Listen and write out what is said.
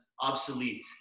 obsolete